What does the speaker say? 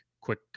quick